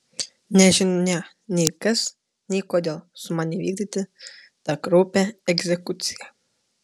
nežinia nei kas nei kodėl sumanė įvykdyti tą kraupią egzekuciją